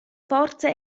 forze